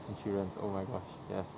insurance oh my gosh yes